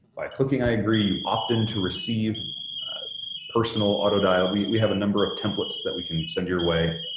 by clicking i agree you opt in to receive personal auto dial. we we have a number of templates that we can send your way.